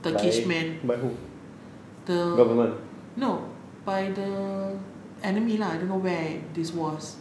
turkish man no by the enemy lah I don't know where this was